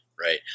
Right